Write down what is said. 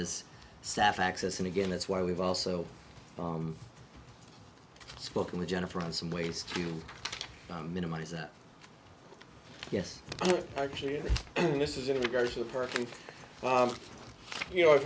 is saf access and again that's why we've also spoken with jennifer on some ways to minimize yes actually this is in regards to the park and i'm you know i've